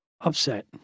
upset